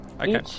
okay